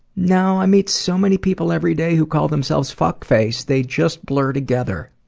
no, i meet so many people every day who call themselves fuckface they just blur together.